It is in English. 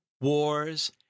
Wars